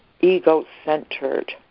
ego-centered